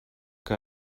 que